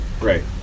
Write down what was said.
Right